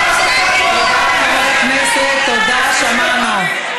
חברי הכנסת, תודה, שמענו.